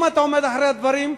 אם אתה עומד מאחורי הדברים,